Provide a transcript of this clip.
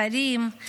שרים,